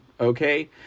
okay